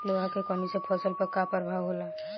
लोहा के कमी से फसल पर का प्रभाव होला?